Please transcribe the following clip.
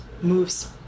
moves